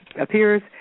appears